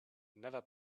never